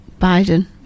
Biden